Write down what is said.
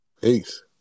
peace